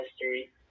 history